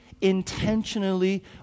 intentionally